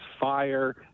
fire